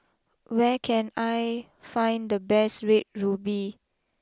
where can I find the best Red ruby